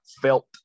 felt